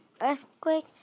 earthquake